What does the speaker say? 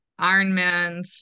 Ironmans